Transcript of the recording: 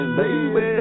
baby